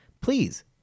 please